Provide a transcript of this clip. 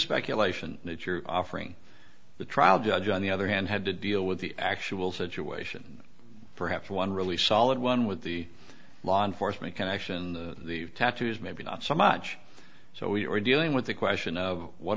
speculation that you're offering the trial judge on the other hand had to deal with the actual situation perhaps one really solid one with the law enforcement connection the tattoos maybe not so much so we are dealing with the question of what